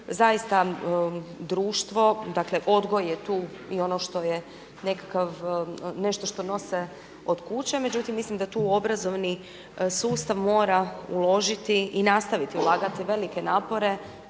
zaista društvo, dakle odgoj je tu i ono što je nekakav, nešto što nose od kuće. Međutim, mislim da tu obrazovni sustav mora uložiti i nastaviti ulagati velike napore,